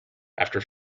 after